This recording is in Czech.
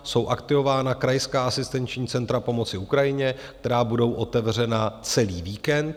Jsou aktivována krajská asistenční centra pomoci Ukrajině, která budou otevřena celý víkend.